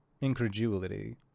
incredulity